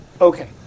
Okay